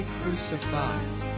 crucified